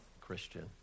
Christian